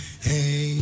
Hey